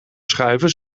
schuiven